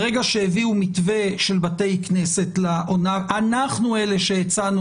ברגע שהביאו מתווה של בתי כנסת לעונה אנחנו אלה שהצענו